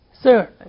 Sir